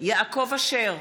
יעקב אשר,